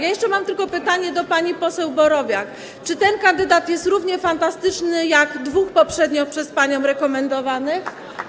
Mam jeszcze tylko pytanie do pani poseł Borowiak: Czy ten kandydat jest równie fantastyczny jak dwóch poprzednio przez panią rekomendowanych?